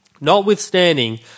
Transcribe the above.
Notwithstanding